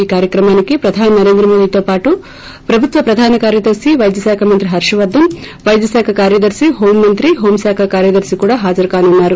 ఈ కార్యక్రమానికి ప్రధాని నరేంద్రమోదితో పాటు ప్రభుత్వ ప్రధాన కార్యదర్శి వైద్య శాఖ మంత్రి హర్షవర్దన్ వైద్య శాఖ కార్యదర్శి హోం మంత్రి హోంశాఖ కార్యదర్శి కూడా హాజరుకానున్నారు